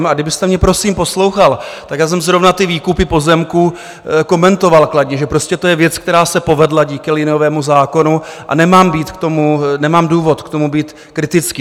A kdybyste mě prosím poslouchal, tak já jsem zrovna ty výkupy pozemků komentoval kladně, že prostě to je věc, která se povedla díky liniovému zákonu a nemám důvod k tomu být kritický.